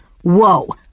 Whoa